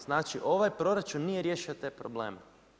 Znači, ovaj proračun nije riješio te probleme.